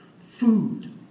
Food